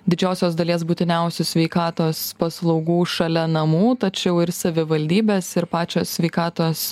didžiosios dalies būtiniausių sveikatos paslaugų šalia namų tačiau ir savivaldybės ir pačios sveikatos